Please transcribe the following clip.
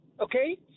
Okay